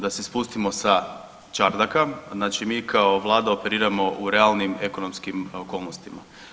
Da se spustimo sa čardaka, znači kao vlada operiramo u realnim ekonomskim okolnostima.